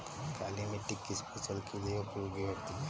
काली मिट्टी किस फसल के लिए उपयोगी होती है?